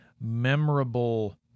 memorable